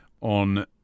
On